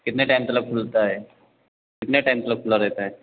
कितने टाइम तक खुलता है कितने टाइम तक खुला रहता है